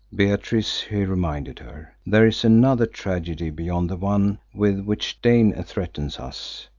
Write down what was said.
beatrice, he reminded her, there is another tragedy beyond the one with which dane threatens us.